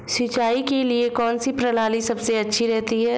सिंचाई के लिए कौनसी प्रणाली सबसे अच्छी रहती है?